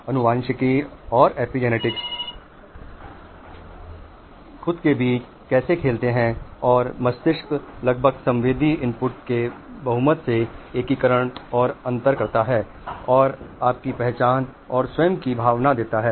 आनुवांशिकी और एपिजेनेटिक्स खुद के बीच कैसे खेलते हैं और मस्तिष्क लगभग संवेदी इनपुट के बहुत से एकीकरण और अंतर करता है और आपकी पहचान और स्वयं की भावना देता है